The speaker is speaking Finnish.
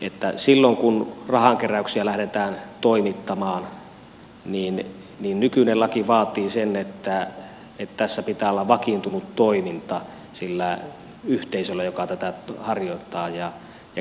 että silloin kun rahankeräyksiä tekemään on se että nykyinen laki vaatii että yhteisöllä joka lähtee rahankeräystä harjoittamaan pitää olla vakiintunut toimintaa sillä ne yhteisölle joka tätä harjoittaa ja toiminta